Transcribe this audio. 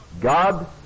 God